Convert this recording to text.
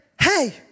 hey